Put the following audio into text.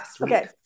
Okay